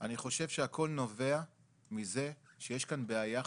אני חושב שהכל נובע מזה שיש כאן בעיה חקיקתית,